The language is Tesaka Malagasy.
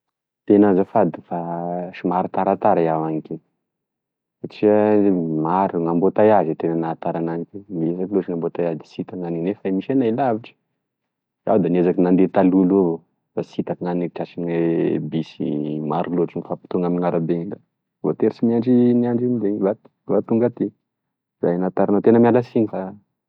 Tena azafady fa somary taratara iaho nkeo satria maro gn'ambotaiazy e tena nahatara ana nkeo lo- loatry ambotaiazy nef e misy anay lavitry iao da niezaky nandeha talohaloha avao fa sy tafy nande tratrigne bus maro loatry mifampitony amin'arabe iny da voatery sy mainsy niandry anizay vao tonga aty zay gne nahatara anay tena mialasiny fa.